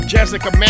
Jessica